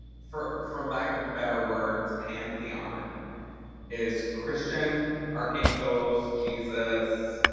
for for lack of better words, pantheon is christian, archangels, jesus.